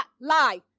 lie